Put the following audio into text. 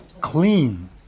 clean